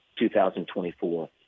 2024